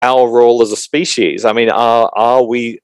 ‫התפקיד שלנו כזן, זאת אומרת, ‫האם אנחנו...